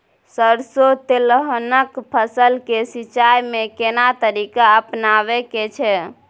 सरसो तेलहनक फसल के सिंचाई में केना तरीका अपनाबे के छै?